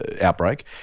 outbreak